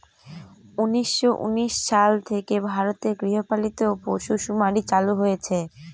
উনিশশো উনিশ সাল থেকে ভারতে গৃহপালিত পশুসুমারী চালু হয়েছে